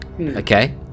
Okay